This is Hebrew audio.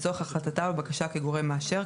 לצורך החלטתה בבקשה כגורם מאשר,